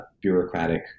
bureaucratic